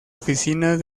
oficinas